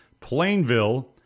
plainville